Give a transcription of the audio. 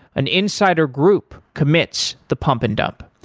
an insider group commits the pump and dump.